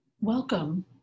Welcome